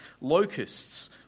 Locusts